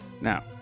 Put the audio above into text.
Now